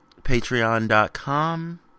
patreon.com